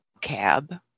cab